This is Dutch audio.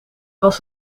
was